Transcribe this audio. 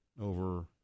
over